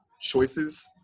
choices